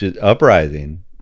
uprising